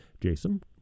Jason